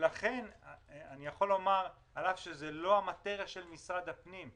על אף שזה לא התחום של משרד הפנים,